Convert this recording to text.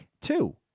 two